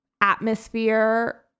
atmosphere